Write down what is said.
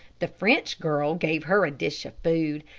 the french girl gave her a dish of food,